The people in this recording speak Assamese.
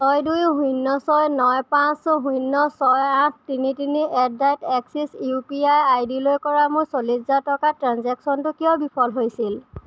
ছয় দুই শূন্য ছয় ন পাঁচ শূন্য ছয় আঠ তিনি তিনি at the rate axis U P I I ডিলৈ কৰা মোৰ চল্লিছ হজাৰ টকাৰ ট্ৰেঞ্জেক্শ্য়নটো কিয় বিফল হৈছিল